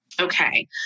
Okay